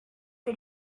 did